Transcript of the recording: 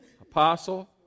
Apostle